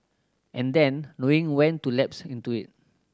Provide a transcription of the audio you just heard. and then knowing when to lapse into it